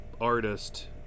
artist